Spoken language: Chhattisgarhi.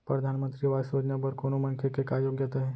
परधानमंतरी आवास योजना बर कोनो मनखे के का योग्यता हे?